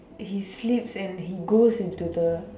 he sleeps and he goes into the